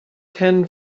ten